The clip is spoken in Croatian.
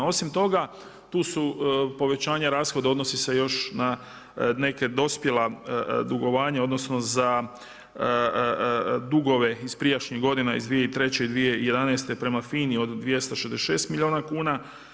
Osim toga tu su povećanja rashoda, odnosi se još na neka dospjela dugovanja, odnosno za dugove iz prijašnjih godina iz 2003. i 2011. prema FINA-i od 266 milijuna kuna.